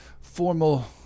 formal